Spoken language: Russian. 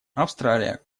австралия